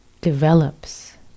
develops